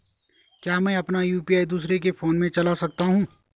क्या मैं अपना यु.पी.आई दूसरे के फोन से चला सकता हूँ?